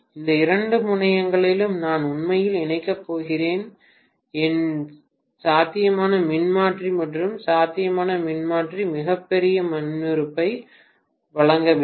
இந்த இரண்டு முனையங்களிலும் நான் உண்மையில் இணைக்கப் போகிறேன் என் சாத்தியமான மின்மாற்றி மற்றும் சாத்தியமான மின்மாற்றி மிகப் பெரிய மின்மறுப்பை வழங்க வேண்டும்